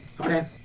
Okay